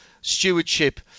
stewardship